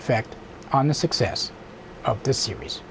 effect on the success of the series